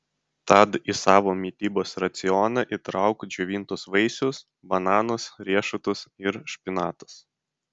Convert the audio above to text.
tad į savo mitybos racioną įtrauk džiovintus vaisius bananus riešutus ir špinatus